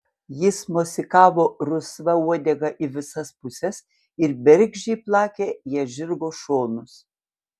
jis mosikavo rusva uodega į visas puses ir bergždžiai plakė ja žirgo šonus